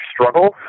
struggles